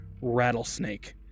rattlesnake